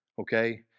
Okay